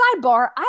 sidebar